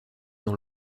dans